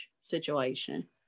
situation